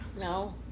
No